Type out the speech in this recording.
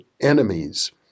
enemies